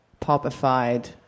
popified